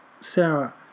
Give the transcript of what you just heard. Sarah